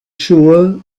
sure